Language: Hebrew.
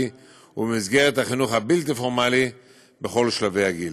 ובמסגרת החינוך הבלתי-פורמלי בכל שלבי הגיל.